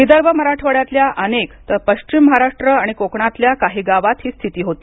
विदर्भ मराठवाड्यातल्या अनेक तर पश्चिम महाराष्ट्र आणि कोकणातल्या काही गावांत ही स्थिती होती